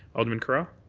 alderman curragh?